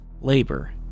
labor